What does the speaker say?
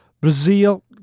Brazil